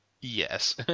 Yes